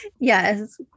Yes